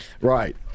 Right